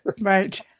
right